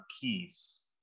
keys